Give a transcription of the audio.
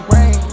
Rain